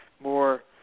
more